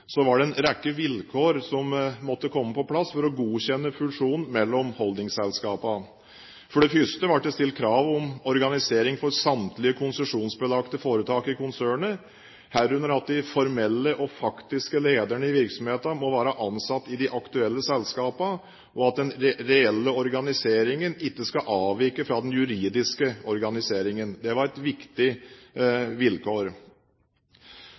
var det en rekke vilkår som måtte komme på plass for at fusjonen mellom holdingselskapene skulle godkjennes. For det første ble det stilt krav om organisering for samtlige konsesjonsbelagte foretak i konsernet, herunder at de formelle og faktiske lederne i virksomheten må være ansatt i de aktuelle selskapene, og at den reelle organiseringen ikke skal avvike fra den juridiske organiseringen. Det var et viktig vilkår.